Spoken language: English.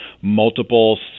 multiple